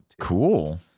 cool